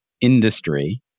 industry